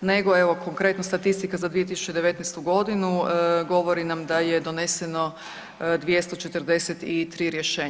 nego evo konkretno statistika za 2019. godinu govori nam da je doneseno 243 rješenja.